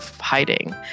hiding